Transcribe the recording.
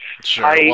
Sure